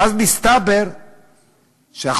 ואז מסתבר שעכשיו,